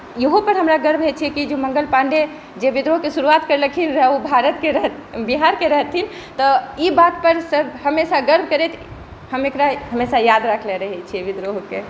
इहो पर हमरा गर्व होइ छै कि मङ्गल पाण्डे जे विद्रोहकेँ शुरुआत करलखिन रहै ओ भारतकेँ बिहारकेँ रहथिन तऽई बात पर सभ हमेशा गर्व करथि हम एकरा हमेशा याद राखले रहै छिऐ विद्रोहकेँ